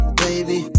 baby